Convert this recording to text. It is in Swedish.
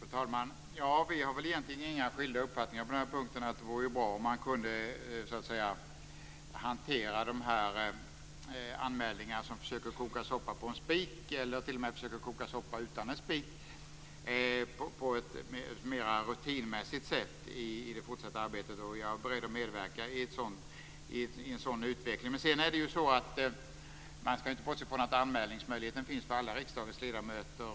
Fru talman! Vi har egentligen inga skilda uppfattningar på den punkten. Det vore bra om det gick att hantera de anmälningar som försöker koka en soppa på en spik, eller t.o.m. försöker koka soppa utan en spik, på ett mera rutinmässigt sätt i det fortsatta arbetet. Jag är beredd att medverka i en sådan utveckling. Man skall inte bortse från att anmälningsmöjligheten finns för alla riksdagens ledamöter.